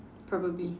probably